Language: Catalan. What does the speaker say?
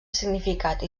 significat